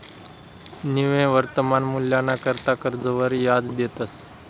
निव्वय वर्तमान मूल्यना करता कर्जवर याज देतंस